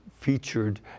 featured